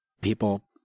people